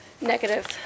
negative